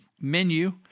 menu